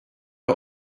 are